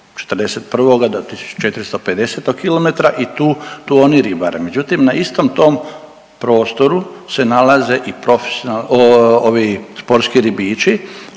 1441. do 1450. km i tu, tu oni ribare, međutim na istom tom prostoru se nalaze i profesion…, ovi sportski ribiči